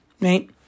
right